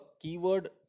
keyword